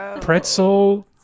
pretzel